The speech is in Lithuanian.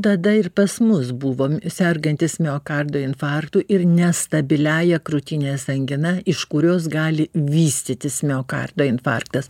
tada ir pas mus buvom sergantis miokardo infarktu ir nestabiliąja krūtinės angina iš kurios gali vystytis miokardo infarktas